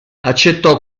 accettò